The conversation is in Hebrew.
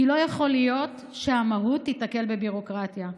כי לא יכול להיות שהמהות תיתקל בביורוקרטיה.